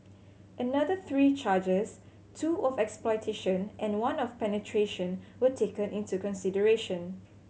another three charges two of exploitation and one of penetration were taken into consideration